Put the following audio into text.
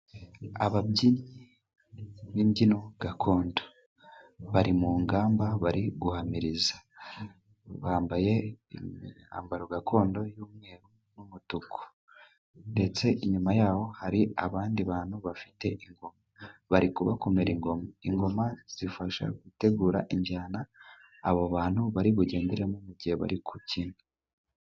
Ababyinnyi b'imbyino gakondo bari mu ngamba. Bari guhamiriza bambaye imyambaro gakondo y'umweru n'umutuku, ndetse inyuma yabo hari abandi bantu bafite ingoma, bari kubakomera ingoma. Ingoma zifasha gutegura injyana, abo bantu bari bugenderemo mu gihe bari kubyina.